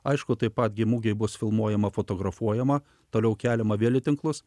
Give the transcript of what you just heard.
aišku taip pat gi mugėje bus filmuojama fotografuojama toliau keliama vėl tinklus